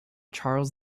charles